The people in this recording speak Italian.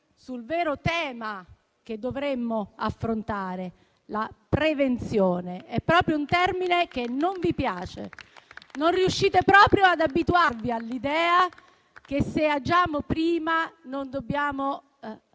sul vero tema che dovremmo affrontare: la prevenzione. Questo è proprio un termine che non vi piace. Non riuscite proprio ad abituarvi all'idea che, se agiamo prima, non dobbiamo